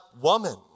woman